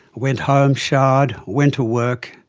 went home, showered, went to work.